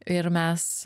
ir mes